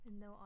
No